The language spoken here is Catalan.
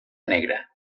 negra